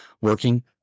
working